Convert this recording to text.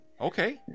okay